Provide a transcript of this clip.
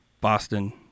Boston